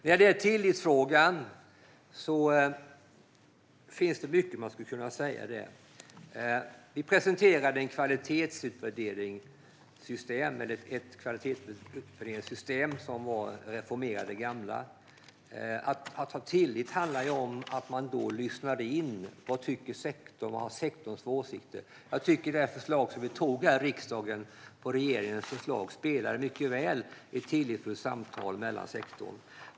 När det gäller tillitsfrågan finns det mycket man skulle kunna säga. Vi presenterade ett kvalitetsutvärderingssystem, en reformering av det gamla. Tilliten handlar om att man då lyssnade in vad sektorn tyckte och hade för åsikter. Jag tycker att regeringens förslag, som vi antog här i riksdagen, mycket väl speglar ett tillitsfullt samtal med sektorn.